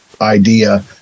idea